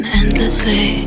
endlessly